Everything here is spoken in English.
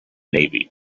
navy